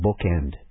bookend